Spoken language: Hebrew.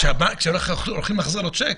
כשהולך לחזור לו שיק?